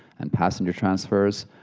and passenger transfers,